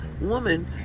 woman